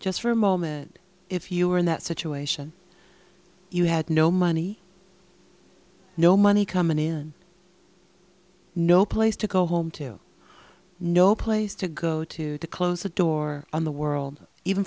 just for a moment if you were in that situation you had no money no money coming in no place to go home to no place to go to to close the door on the world even